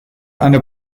eine